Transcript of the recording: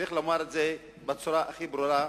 צריך לומר את זה בצורה הכי ברורה,